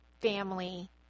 family